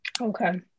Okay